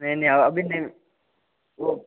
नहीं नहीं अभी नहीं वो